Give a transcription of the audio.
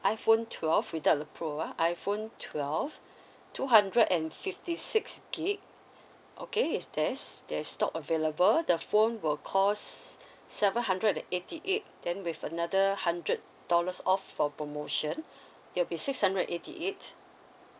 iphone twelve without the pro ah iphone twelve two hundred and fifty six gig okay is there there's stock available the phone will cost seven hundred and eighty eight then with another hundred dollars off for promotion it'll be six hundred and eighty eight